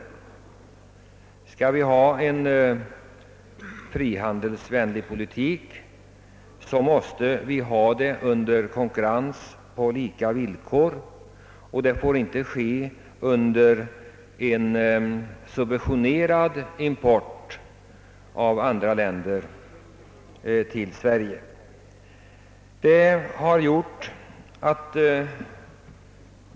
Skall vi föra en frihandelsvänlig politik måste det vara en förutsättning att vi har konkurrens på lika villkor och att det inte sker en subventionerad import från andra länder.